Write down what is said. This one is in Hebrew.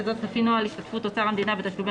וזאת לפי נוהל השתתפות אוצר המדינה בתשלומי